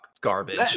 garbage